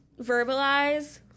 verbalize